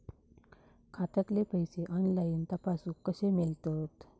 खात्यातले पैसे ऑनलाइन तपासुक कशे मेलतत?